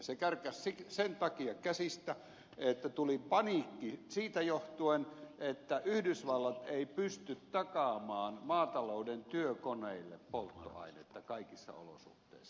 se karkasi sen takia käsistä että tuli paniikki siitä johtuen että yhdysvallat ei pysty takaamaan maatalouden työkoneille polttoainetta kaikissa olosuhteissa